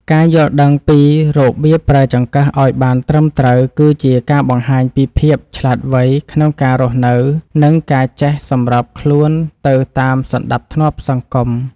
ការយល់ដឹងពីរបៀបប្រើចង្កឹះឱ្យបានត្រឹមត្រូវគឺជាការបង្ហាញពីភាពឆ្លាតវៃក្នុងការរស់នៅនិងការចេះសម្របខ្លួនទៅតាមសណ្តាប់ធ្នាប់សង្គម។